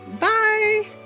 Bye